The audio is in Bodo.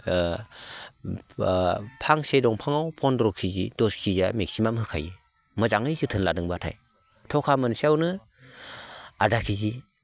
फांसे दंफाङाव पन्द्र' के जि दस के जि या मेक्सिमाम होखायो मोजाङै जोथोन लादोंबाथाय थखा मोनसेयावनो आदा के जि